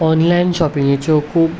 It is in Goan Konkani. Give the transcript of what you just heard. ऑनलायन शॉपिंगेच्यो खूब